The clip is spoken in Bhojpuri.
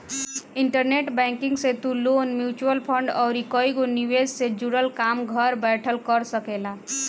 इंटरनेट बैंकिंग से तू लोन, मितुअल फंड अउरी कईगो निवेश से जुड़ल काम घर बैठल कर सकेला